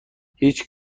هیچ